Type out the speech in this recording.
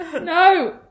no